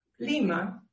Lima